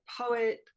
poet